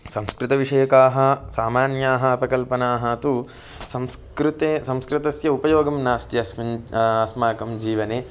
संस्कृतविषयकाः सामान्याः अपकल्पनाः तु संस्कृते संस्कृतस्य उपयोगं नास्ति अस्मिन् अस्माकं जीवने